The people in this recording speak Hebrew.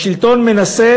השלטון מנסה